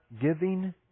giving